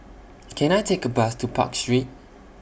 Can I Take A Bus to Park Street